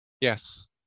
yes